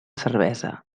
cervesa